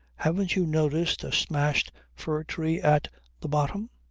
haven't you noticed a smashed fir tree at the bottom?